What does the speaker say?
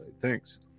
Thanks